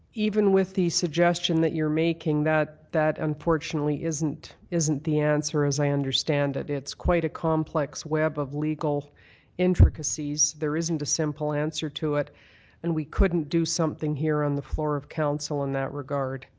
even with the suggestion that you're making that that unfortunately isn't isn't the answer as i understand it. it's quite a complex web of legal intricacies. there isn't a simple answer to it and we couldn't do something here on the floor of council in that regard.